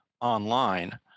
online